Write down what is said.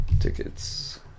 Tickets